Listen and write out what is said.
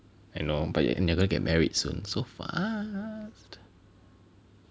I know but you never get married soon so far